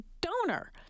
donor